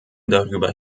darüber